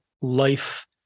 life